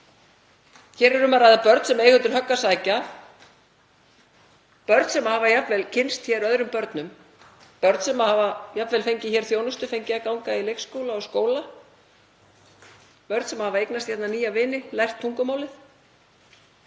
Hér er um að ræða börn sem eiga undir högg að sækja, börn sem hafa jafnvel kynnst hér öðrum börnum, börn sem hafa jafnvel fengið hér þjónustu, fengið að ganga í leikskóla og skóla, börn sem hafa eignast hér nýja vini, lært tungumálið